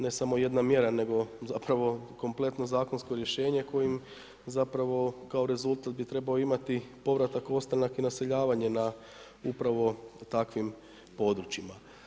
Ne samo jedna mjera nego zapravo kompletno zakonsko rješenje kojim zapravo kao rezultat bi trebao imati povratak, ostanak i naseljavanje na upravo takvim područjima.